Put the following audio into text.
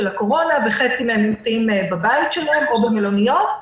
הקורונה וחצי נמצאים בביתם או במלוניות.